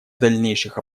дальнейших